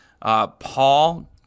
Paul